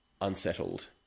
unsettled